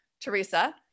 Teresa